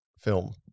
film